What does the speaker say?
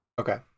okay